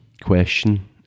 question